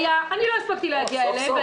אני לא הספקתי להגיע אליהם.